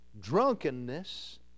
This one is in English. drunkenness